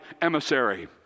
emissary